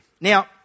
Now